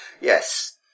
Yes